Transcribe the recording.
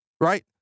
Right